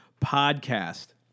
podcast